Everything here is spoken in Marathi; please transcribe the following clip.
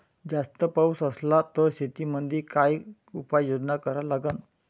जास्त पाऊस असला त शेतीमंदी काय उपाययोजना करा लागन?